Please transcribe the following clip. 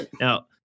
Now